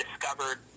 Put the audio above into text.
discovered